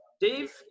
Dave